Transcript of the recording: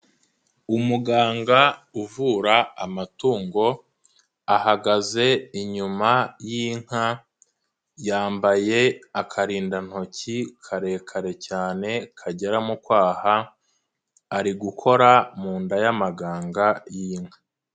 Umuganga uvura amatungo ahagaze inyuma y'inka, yambaye akarindantoki karekare cyane kagera mu kwaha, ari gukora mu nda y'amaganga y'inka.